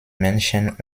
menschen